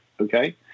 okay